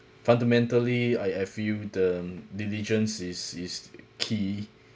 fundamentally I I feel um diligence is is key